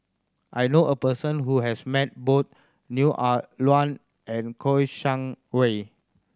I know a person who has met both Neo Ah Luan and Kouo Shang Wei